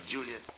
Julia